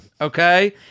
okay